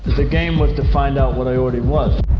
the game was to find out what i already was.